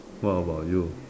what about you